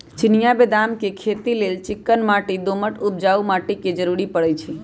चिनियाँ बेदाम के खेती लेल चिक्कन दोमट उपजाऊ माटी के जरूरी पड़इ छइ